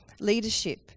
leadership